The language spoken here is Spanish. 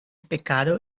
pecado